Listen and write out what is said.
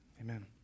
Amen